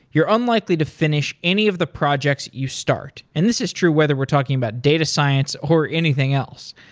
you're unlikely to finish any of the projects you start, and this is true whether we're talking about data science or anything else.